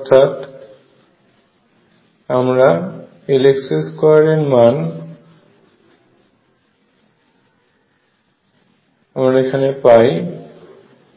অর্থাৎ আমরা Lx2 এর মান আমরা এখানে পাই